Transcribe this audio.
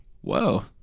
Whoa